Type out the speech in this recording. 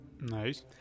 Nice